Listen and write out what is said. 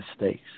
mistakes